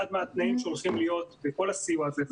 אחד התנאים שהולכים להיות בכל הסיוע הזה,